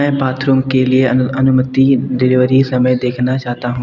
मैं बाथरूम के लिए अनुमानित डिलीवरी समय देखना चाहता हूँ